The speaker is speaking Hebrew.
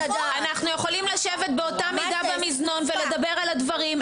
אנחנו יכולים לשבת באותה מידה במזנון ולדבר על הדברים.